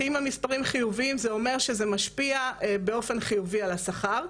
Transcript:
שאם המספרים חיוביים זה אומר שזה משפיע באופן חיובי על השכר,